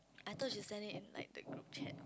I thought she send it in like the group chat